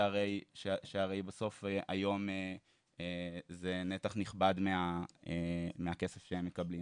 שהרי בסוף היום זה נתח נכבד מהכסף שהם מקבלים.